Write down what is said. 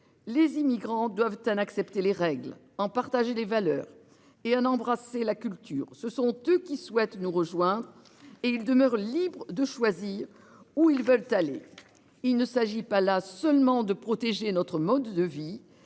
les immigrants doivent en accepter les règles en partager les valeurs et un embrasser la culture ce sont eux qui souhaitent nous rejoindre et il demeure libre de choisir où ils veulent aller. Il ne s'agit pas là seulement de protéger notre mode de vie.